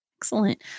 Excellent